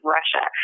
Russia